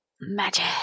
Magic